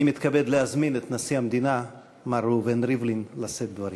אני מתכבד להזמין את נשיא המדינה מר ראובן ריבלין לשאת דברים.